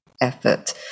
effort